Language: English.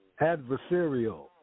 adversarial